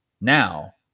now